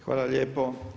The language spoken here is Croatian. Hvala lijepo.